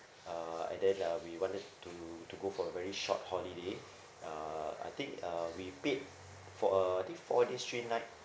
uh and then uh we wanted to to go for a very short holiday uh I think uh we paid for a four days three-night